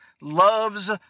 loves